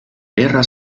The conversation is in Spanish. guerra